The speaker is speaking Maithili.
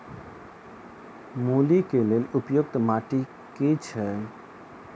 मूली केँ लेल उपयुक्त माटि केँ छैय?